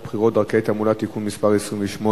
28) (תעמולה ברדיו אזורי בבחירות לראשות מועצה אזורית),